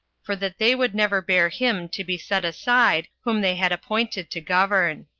for that they would never bear him to be set aside whom they had appointed to govern.